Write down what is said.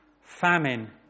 Famine